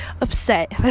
upset